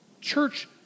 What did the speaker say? Church